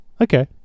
Okay